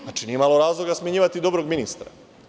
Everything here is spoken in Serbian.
Znači, nije imalo razloga smenjivati dobrog ministra.